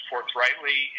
forthrightly